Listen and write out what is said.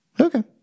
Okay